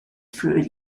fruit